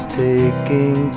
taking